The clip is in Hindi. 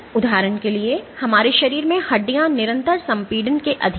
उदाहरण के लिए हमारे शरीर में हड्डियां निरंतर संपीड़न के अधीन हैं